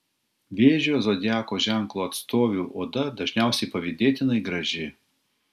vėžio zodiako ženklo atstovių oda dažniausiai pavydėtinai graži